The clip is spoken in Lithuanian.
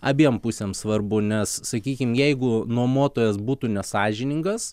abiem pusėm svarbu nes sakykim jeigu nuomotojas būtų nesąžiningas